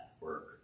work